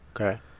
Okay